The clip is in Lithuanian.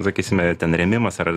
sakysime ten rėmimas ar